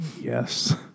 Yes